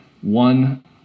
one